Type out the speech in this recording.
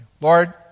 Lord